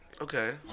Okay